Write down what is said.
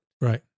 Right